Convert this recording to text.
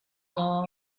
maw